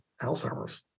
Alzheimer's